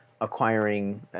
acquiring